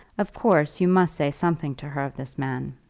of course, you must say something to her of this man,